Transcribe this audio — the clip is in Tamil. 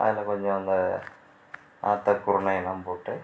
அதில் கொஞ்சம் இந்த நாற்றை குருணையெல்லாம் போட்டு